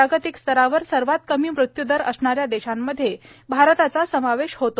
जागतिक स्तरावर सर्वात कमी मृत्यूदर असणाऱ्या देशांमध्ये भारताचा समावेश होतो